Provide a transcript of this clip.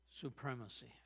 supremacy